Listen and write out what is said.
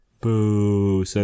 Boo